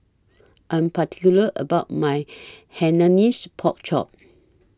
I'm particular about My Hainanese Pork Chop